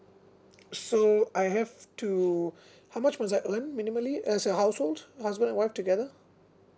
so I have to how much must I earn minimally as a household husband and wife together